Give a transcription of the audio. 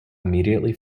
immediately